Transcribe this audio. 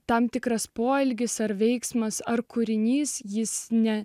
tam tikras poelgis ar veiksmas ar kūrinys jis ne